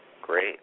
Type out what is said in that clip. Great